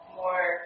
more